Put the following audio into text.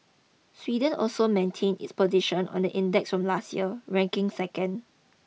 Sweden also maintained its position on the index from last year ranking second